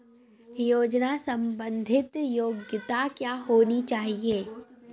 योजना संबंधित योग्यता क्या होनी चाहिए?